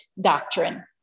doctrine